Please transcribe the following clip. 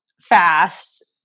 fast